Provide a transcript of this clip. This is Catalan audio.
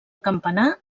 campanar